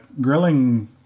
grilling